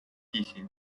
地形